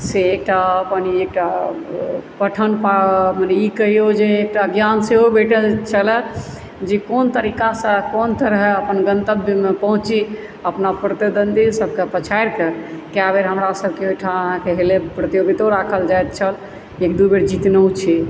से एकटा अपन एकटा पठन मने ई कहिऔ जे एकटा ज्ञान सेहो भेटल छलऽ जे कोन तरिकासँ कोन तरहसँ अपन गन्तव्यमे पहुँची अपना प्रतिद्वन्द्वी सबके पछाड़िकऽ कए बेर हमरा सबके ओहिठाम अहाँकेँ लेल प्रतियोगितो राखल जाइत छल एक दू बेर जितनहो छी